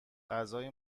غذای